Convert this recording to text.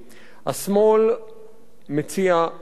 השמאל מציע חלופה.